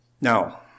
Now